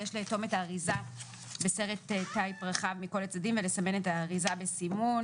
יש לאטום את האריזה בסרט טייפ רחב מכל הצדדים ולסמן את האריזה בסימון